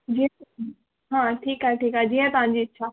जी जी हा ठीकु आहे ठीकु आहे जीअं तव्हांजी इच्छा